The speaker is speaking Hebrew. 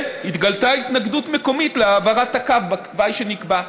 התגלתה התנגדות מקומית להעברת הקו בתוואי שנקבע.